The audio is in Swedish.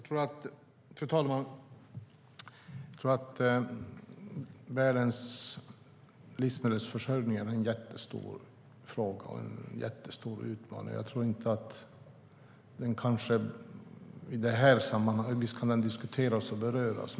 Fru talman! Världens livsmedelsförsörjning är en jättestor fråga och en jättestor utmaning. Visst kan den diskuteras och beröras.